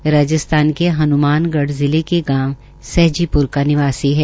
वह राजस्थान के हन्मानगढ़ जिले के गांव सैहजीप्र का निवासी है